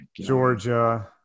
Georgia